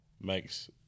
makes